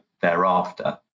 thereafter